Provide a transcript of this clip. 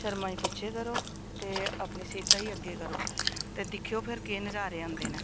शर्मा च पिच्छे धरो ते अपनी सेह्ता गी अग्गें करो ते दिक्खेओ फिर केह् नजारे आंदे न